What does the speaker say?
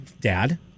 Dad